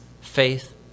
faith